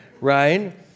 right